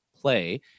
play